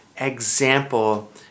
example